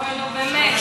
או, נו, באמת.